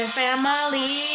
family